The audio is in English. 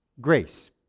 Grace